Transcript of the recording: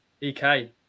EK